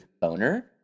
boner